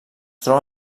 troba